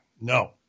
No